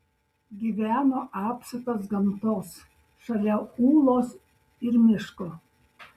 gyveno apsuptas gamtos šalia ūlos ir miško